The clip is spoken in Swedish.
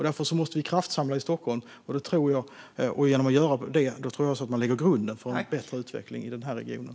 Därför måste vi kraftsamla i Stockholm, och genom att göra det tror jag också att man lägger grunden för en bättre utveckling i regionen.